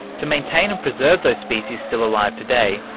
to maintain and preserve those species still alive today,